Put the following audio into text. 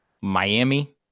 Miami